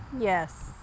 Yes